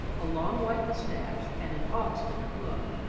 a long white moustache, and an obstinate look.